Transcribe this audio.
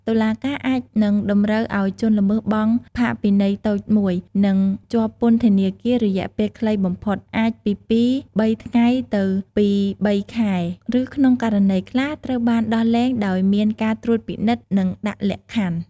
តុលាការអាចនឹងតម្រូវឲ្យជនល្មើសបង់ ផាកពិន័យតូចមួយ និងជាប់ពន្ធនាគាររយៈពេលខ្លីបំផុត អាចពីពីរបីថ្ងៃទៅពីរបីខែ ឬក្នុងករណីខ្លះ ត្រូវបានដោះលែងដោយមានការត្រួតពិនិត្យ និងដាក់លក្ខខណ្ឌ។